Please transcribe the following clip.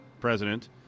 president